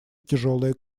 тяжелое